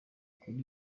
kuri